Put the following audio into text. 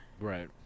right